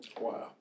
Wow